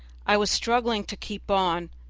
i was struggling to keep on,